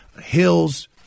hills